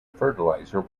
fertilizer